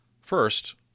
First